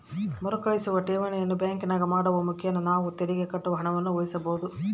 ಮರುಕಳಿಸುವ ಠೇವಣಿಯನ್ನು ಬ್ಯಾಂಕಿನಾಗ ಮಾಡುವ ಮುಖೇನ ನಾವು ತೆರಿಗೆಗೆ ಕಟ್ಟುವ ಹಣವನ್ನು ಉಳಿಸಬಹುದು